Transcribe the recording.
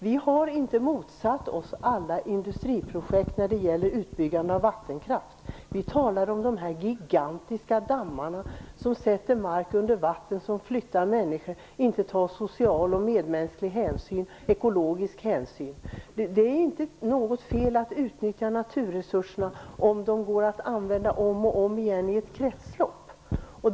Vi har inte motsatt oss alla industriprojekt när det gäller utbyggande av vattenkraft, utan vi talar om de gigantiska dammarna som lägger mark under vatten. Människor tvingas flytta utan social, medmänsklig och ekologisk hänsyn. Det är inte fel att utnyttja naturresurserna om de går att återanvända i ett kretslopp.